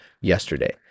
yesterday